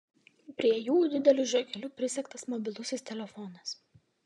prie jų dideliu žiogeliu prisegtas mobilusis telefonas